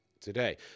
today